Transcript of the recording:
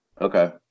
Okay